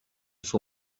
for